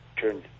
turn